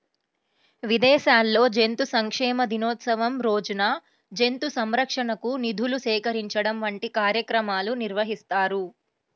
విదేశాల్లో జంతు సంక్షేమ దినోత్సవం రోజున జంతు సంరక్షణకు నిధులు సేకరించడం వంటి కార్యక్రమాలు నిర్వహిస్తారు